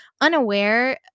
unaware